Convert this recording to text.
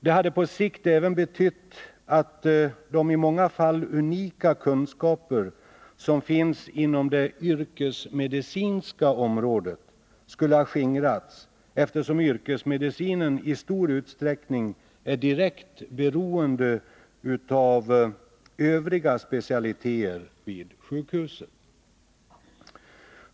Det hade på sikt även betytt att de i många fall unika kunskaper som finns inom det yrkesmedicinska området skulle ha skingrats, eftersom yrkesmedicinen i stor utsträckning är direkt beroende av de övriga specialiteterna vid sjukhuset.